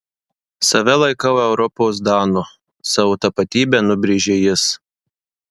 save laikau europos danu savo tapatybę nubrėžė jis